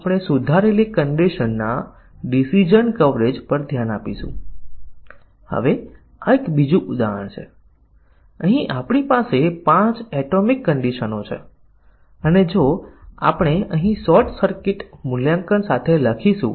આપણે અહીં દલીલ આપી શકીએ છીએ કે મજબૂત પરીક્ષણમાં આપણે બતાવવું પડશે કે તે નબળા પરીક્ષણના તમામ ઘટકોને આવરી લે છે આપણે દલીલ કરી શકીએ છીએ કે દરેક નિવેદનની એ કોઈ શાખા પર રહેલું છે